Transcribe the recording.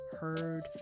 heard